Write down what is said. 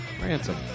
Ransom